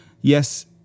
yes